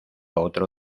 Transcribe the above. otro